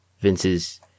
Vince's